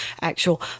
actual